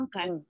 okay